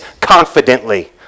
confidently